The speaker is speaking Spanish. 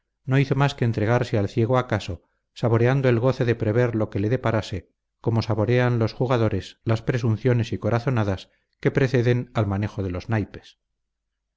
no hizo más que entregarse al ciego acaso saboreando el goce de prever lo que le deparase como saborean los jugadores las presunciones y corazonadas que preceden al manejo de los naipes